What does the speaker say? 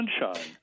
sunshine